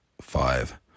five